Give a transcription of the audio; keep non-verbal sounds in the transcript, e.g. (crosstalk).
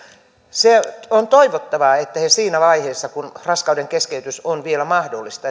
on toivottavaa että he edes siinä vaiheessa kun raskaudenkeskeytys on vielä mahdollista (unintelligible)